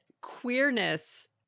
queerness